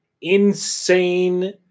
insane